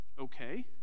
okay